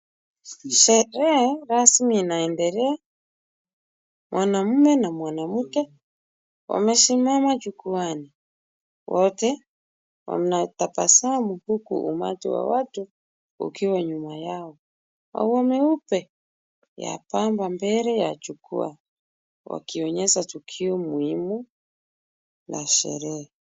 Sherehe rasmi inaendelea, mwanaume na mwanamke wamesimama jukwaani. Wote wanatabasamu, huku umati wa watu ukiwa nyuma yao. Maua meupe yamepambwa mbele ya jukwaa, wakionyesha tukio muhimu la sherehe.